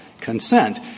consent